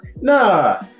Nah